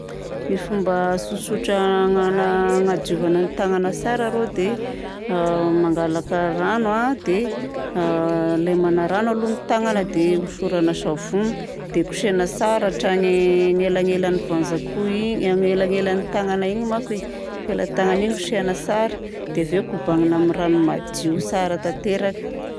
Ny fomba tsotsotra hana- hagnadiovana ny tagnana tsara rô dia a mangalaka rano a, dia a lemagna rano aloha ny tagnana, dia hosorana savony, dia kosehina tsara hatrany anelanelan'ny vazankoho igny anelanelan'ny tagnana igny manko e, felatanana igny kosehina tsara, dia avy eo kobagnina amin'ny rano madio tsara tanteraka.